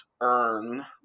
earn